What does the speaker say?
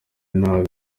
nabi